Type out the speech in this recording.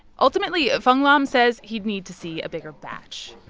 ultimately, fong lam says he'd need to see a bigger batch.